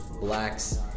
Blacks